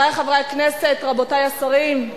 חברי חברי הכנסת, רבותי השרים,